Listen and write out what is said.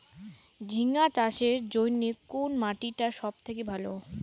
ঝিঙ্গা চাষের জইন্যে কুন মাটি টা সব থাকি ভালো?